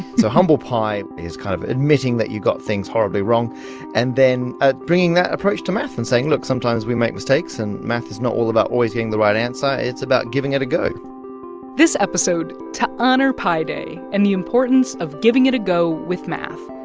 so humble pi is kind of admitting that you got things horribly wrong and then ah bringing that approach to math and saying, look sometimes we make mistakes, and math is not all about always getting the right answer. it's about giving it a go this episode to honor pi day and the importance of giving it a go with matt.